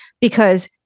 because-